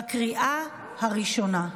בקריאה הראשונה.